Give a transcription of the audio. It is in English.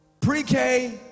pre-K